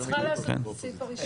(הסדרת העיסוק באימון ספורט),